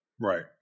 Right